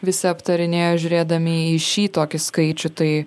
visi aptarinėjo žiūrėdami į šį tokį skaičių tai